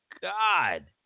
God